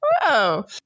Whoa